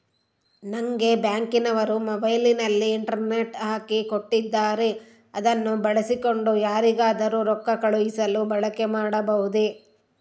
ನಂಗೆ ಬ್ಯಾಂಕಿನವರು ಮೊಬೈಲಿನಲ್ಲಿ ಇಂಟರ್ನೆಟ್ ಹಾಕಿ ಕೊಟ್ಟಿದ್ದಾರೆ ಅದನ್ನು ಬಳಸಿಕೊಂಡು ಯಾರಿಗಾದರೂ ರೊಕ್ಕ ಕಳುಹಿಸಲು ಬಳಕೆ ಮಾಡಬಹುದೇ?